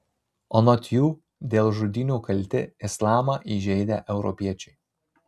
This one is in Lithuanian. anot jų dėl žudynių kalti islamą įžeidę europiečiai